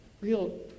real